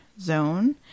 zone